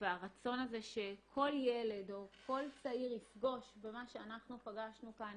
והרצון הזה שכל ילד או כל צעיר יפגוש במה שאנחנו פגשנו כאן